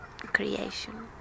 creation